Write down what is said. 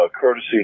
courtesy